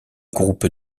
groupe